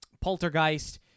Poltergeist